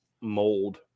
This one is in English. mold